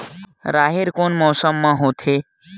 राहेर कोन मौसम मा होथे?